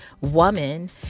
woman